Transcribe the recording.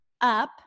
up